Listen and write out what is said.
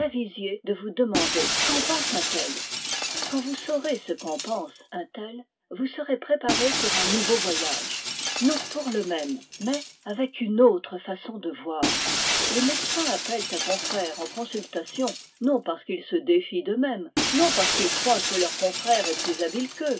de vous demander qu'en pense un tel quand vous saurez ce qu'en pense un tel vous serez préparé pour un nouveau voyage non pour le même mais avec une autre façon de voir les médecins appellent un confrère en consultation non parce qu'ils se défient d'eux-mêmes non parce qu'ils croient que leur confrère est plus habile qu'eux